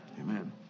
Amen